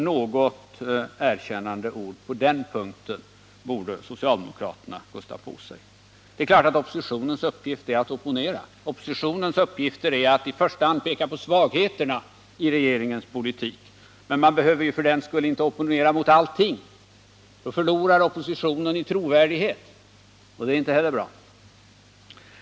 Något erkännande ord på den punkten borde socialdemokraterna kosta på sig. Det är klart att oppositionens uppgift är att opponera. Oppositionens uppgifter är att i första hand peka på svagheterna i regeringens politik, men man behöver för den skull inte opponera mot allting. Då förlorar oppositionen i trovärdighet, och det är inte heller bra.